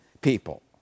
people